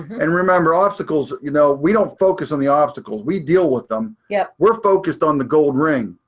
and remember obstacles, you know, we don't focus on the obstacles. we deal with them. yeah we're focused on the gold ring.